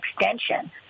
extension